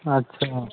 আচ্ছা